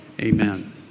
Amen